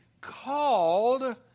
called